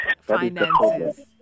finances